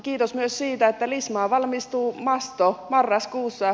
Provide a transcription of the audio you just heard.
kiitos myös siitä että lismaan valmistuu masto marraskuussa